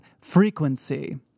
Frequency